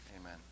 Amen